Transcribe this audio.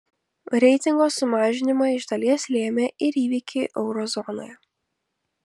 reitingo sumažinimą iš dalies lėmė ir įvykiai euro zonoje